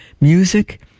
music